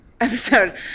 episode